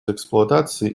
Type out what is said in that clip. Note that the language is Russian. эксплуатации